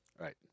Right